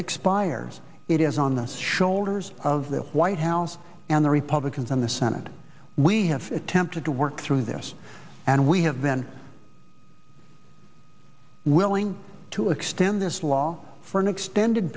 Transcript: expires it is on the shoulders of the white house and the republicans in the senate we have tempted to work through this and we have been willing to extend this law for an extended